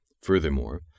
Furthermore